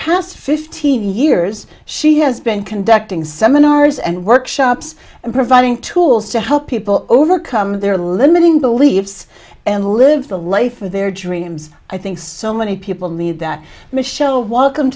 past fifteen years she has been conducting seminars and workshops and providing tools to help people overcome their limiting beliefs and live the life of their dreams i think so many people need that michelle while come